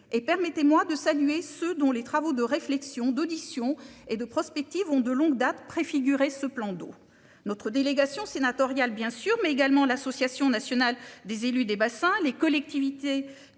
Et permettez-moi de saluer ceux dont les travaux de réflexion d'auditions et de prospective ont de longue date préfigurer ce plan d'eau. Notre délégation sénatoriale bien sûr mais également l'association nationale des élus des bassins les collectivités